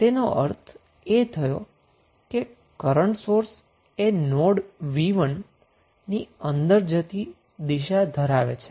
તેનો અર્થ એ થયો કે કરન્ટ સોર્સ એ નોડ v1 ની અંદર જતી દિશા ધરાવે છે